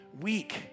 weak